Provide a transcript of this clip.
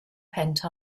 pent